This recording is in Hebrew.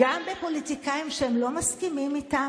ומציירים פלקטים שלי עם דם,